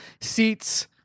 Seats